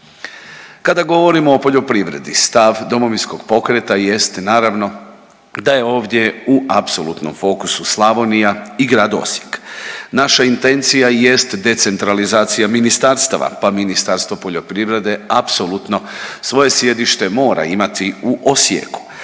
Kada govorimo o poljoprivredi stav Domovinskog pokreta jest naravno da je ovdje u apsolutnom fokusu Slavonija i grad Osijek. Naša intencija jest decentralizacija ministarstava, pa Ministarstvo poljoprivrede apsolutno svoje sjedište mora imati u Osijeku.